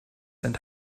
and